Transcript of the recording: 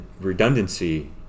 redundancy